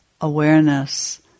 awareness